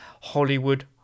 Hollywood